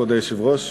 כבוד היושב-ראש,